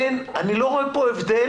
אני לא רואה פה הבדל,